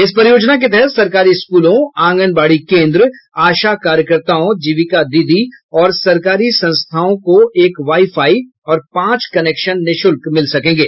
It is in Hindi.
इस परियोजना के तहत सरकारी स्कूलों आगंनवाड़ी केंद्र आशा कार्यकर्ताओं जीविका दीदी और सरकारी संस्थानों को एक वाई फाई और पांच कनेक्शन निःशुल्क मिल सकेंगे